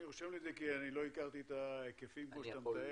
אני כותב את זה כי לא הכרתי את ההיקפים כמו שאתה מתאר.